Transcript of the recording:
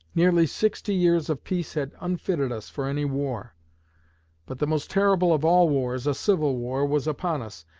nearly sixty years of peace had unfitted us for any war but the most terrible of all wars, a civil war, was upon us,